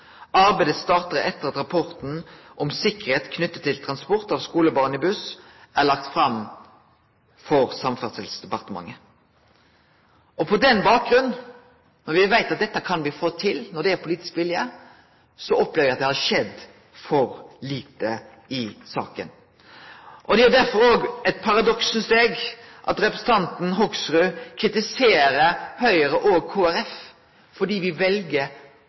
Arbeidet starter etter at rapporten om «Sikkerhet knyttet til transport av skolebarn i buss» er lagt fram for Samferdselsdepartementet.» På den bakgrunnen, når me veit at dette kan me få til når det er politisk vilje, opplever eg at det har skjedd for lite i saka. Det er derfor eit paradoks, synest eg, at representanten Hoksrud kritiserer Høgre og Kristeleg Folkeparti fordi